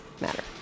matter